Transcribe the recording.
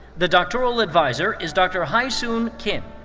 the doctoral adviser is dr. hi-soon kim.